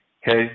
Hey